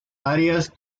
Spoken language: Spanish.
áreas